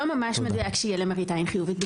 ממש מדויק שיהיה למראית עין חיובית,